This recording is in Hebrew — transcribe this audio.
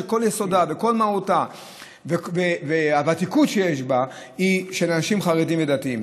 שכל יסודה וכל מהותה והוותיקות שיש בה היא של אנשים חרדים ודתיים.